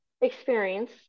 experience